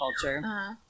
culture